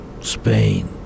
Spain